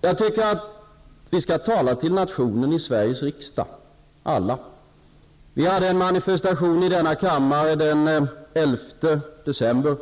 Jag tycker att vi skall tala till nationen här i Sveriges riksdag, alla. Vi hade en manifestation i denna kammare den 11 december.